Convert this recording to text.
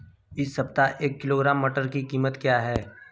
इस सप्ताह एक किलोग्राम मटर की कीमत क्या है?